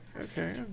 okay